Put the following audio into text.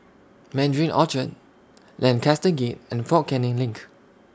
Mandarin Orchard Lancaster Gate and Fort Canning LINK